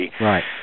Right